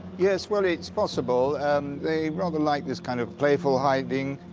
yes. well, it's possible. and they rather like this kind of playful hiding